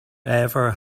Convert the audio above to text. ever